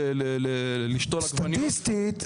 סטטיסטית,